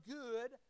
good